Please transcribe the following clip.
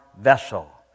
vessel